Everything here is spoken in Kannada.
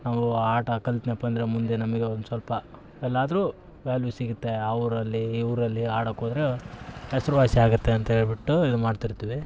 ಅವು ಆಟ ಕಲಿತೀನಪ್ಪ ಅಂದರೆ ಮುಂದೆ ನಮಗೆ ಒಂದ್ಸ್ವಲ್ಪ ಎಲ್ಲಾದ್ರೂ ವ್ಯಾಲ್ಯು ಸಿಗತ್ತೆ ಆ ಊರಲ್ಲಿ ಈ ಊರಲ್ಲಿ ಆಡಕ್ಕೋದ್ರೆ ಹೆಸ್ರುವಾಸಿ ಆಗತ್ತೆ ಅಂತೇಳ್ಬಿಟ್ಟು ಇದ್ಮಾಡ್ತಿರ್ತೀವಿ